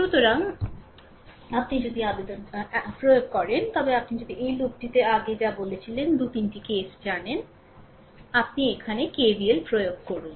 সুতরাং আপনি যদি প্রয়োগ করেন তবে আপনি যদি এই লুপটিতে আগে যা বলেছিলেন 2 3 টি কেস জানেন আপনি এখানে KVLপ্রয়োগ করেন